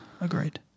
agreed